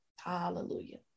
Hallelujah